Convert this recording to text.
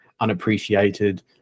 unappreciated